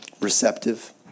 receptive